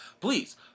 Please